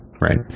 right